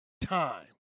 time